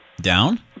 Down